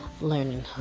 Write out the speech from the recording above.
learning